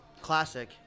Classic